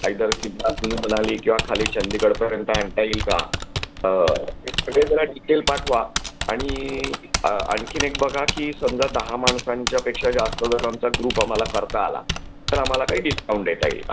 either Shimla Kullu Manali किंवा खाली चंदीगढपर्यंत आणता येईल का हे सगळे जरा डिटेल पाठवा आणि आणखी एक बघा की समजा दहा माणसांच्यापेक्षा जास्त जर आमचा ग्रुप आम्हाला करता आला तर आम्हाला काही डिस्काउंट देता येईल का